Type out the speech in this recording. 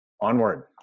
onward